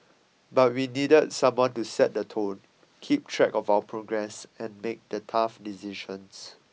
but we needed someone to set the tone keep track of our progress and make the tough decisions